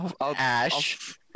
Ash